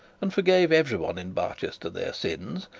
and forgave every one in barchester their sins,